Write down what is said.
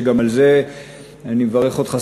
וגם על זה אני מברך אותך,